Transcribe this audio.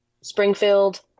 Springfield